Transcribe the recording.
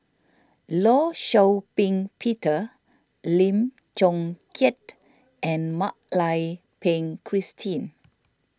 Law Shau Ping Peter Lim Chong Keat and Mak Lai Peng Christine